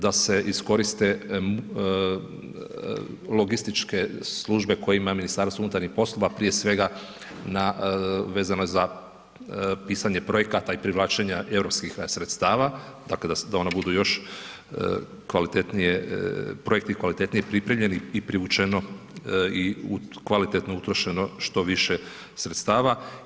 Da se iskoriste, logističke službe koje ima Ministarstvo unutarnjih poslova, prije svega vezano je na pisanje projekata i privlačenje europskih sredstava, dakle, da oni budu još kvalitetnije, projekti, kvalitetniji pripremljeni, i privučeni, kvalitetno utrošeno, što više sredstava.